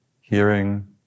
hearing